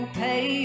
pay